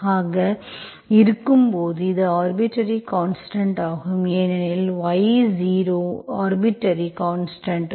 இது இருக்கும்போது இது ஆர்பிட்டர்ரி கான்ஸ்டன்ட் ஆகும் ஏனெனில் y0 ஆர்பிட்டர்ரி கான்ஸ்டன்ட்